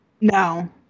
no